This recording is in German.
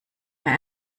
mehr